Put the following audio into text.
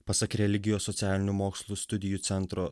pasak religijos socialinių mokslų studijų centro